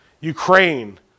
Ukraine